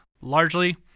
largely